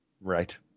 Right